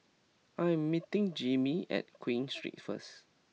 I am meeting Jimmie at Queen Street first